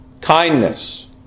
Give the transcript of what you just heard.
kindness